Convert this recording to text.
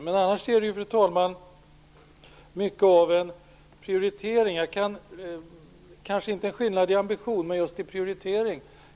Detta är i hög grad en prioritering. Det kanske inte är så stor skillnad i ambition, men i prioritering.